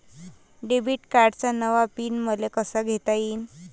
Debit कार्डचा नवा pin मले कसा घेता येईन?